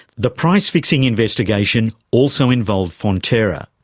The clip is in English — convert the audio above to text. the price-fixing investigation also involved fonterra.